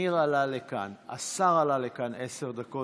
ניר עלה לכאן, השר עלה לכאן לעשר דקות.